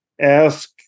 ask